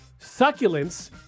Succulents